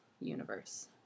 universe